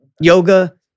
yoga